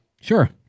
Sure